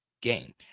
game